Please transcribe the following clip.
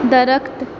درخت